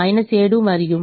7 మరియు 5 లు